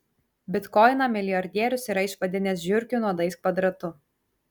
bitkoiną milijardierius yra išvadinęs žiurkių nuodais kvadratu